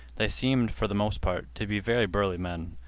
they seemed, for the most part, to be very burly men.